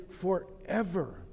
forever